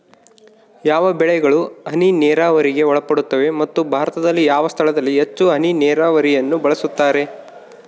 ಯಾವ ಬೆಳೆಗಳು ಹನಿ ನೇರಾವರಿಗೆ ಒಳಪಡುತ್ತವೆ ಮತ್ತು ಭಾರತದಲ್ಲಿ ಯಾವ ಸ್ಥಳದಲ್ಲಿ ಹೆಚ್ಚು ಹನಿ ನೇರಾವರಿಯನ್ನು ಬಳಸುತ್ತಾರೆ?